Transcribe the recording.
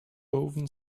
woven